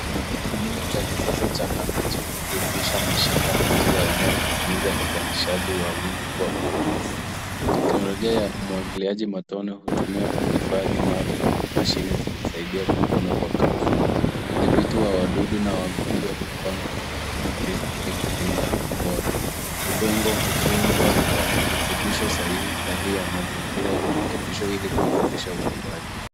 Kilimo cha kisasa cha kabichi hujuimsha mashamba makubwa yanayohimiza uzalishaji wa wingi kwa ufanisi. Teknolojia ya umwagiliaji matone hutumiwa kuhifadhi maji huku mashine zikisaidia kuvuna kwa kasi. Udhibiti wa wadudu na wagonjwa hupangwa kwa uangalifu ilikulinda ubora. Udongo hutunzwa kwa virutubisho sahihi. Hali ya mazingira hurekebishwa ilikuimarisha ukuaji.